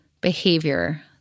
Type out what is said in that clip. behavior